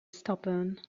stubborn